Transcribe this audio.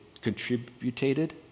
contributed